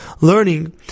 learning